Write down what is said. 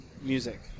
music